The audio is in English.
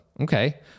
Okay